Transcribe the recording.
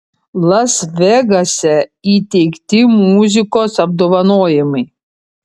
las vegase įteikti muzikos apdovanojimai